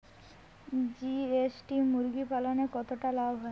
GST মুরগি পালনে কতটা লাভ হয়?